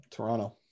Toronto